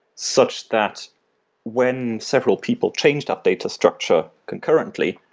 such that when several people change that data structure concurrently,